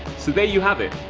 so there you have it.